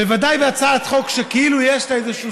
בוודאי בהצעת חוק שכאילו יש לה איזשהו